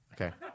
Okay